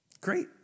Great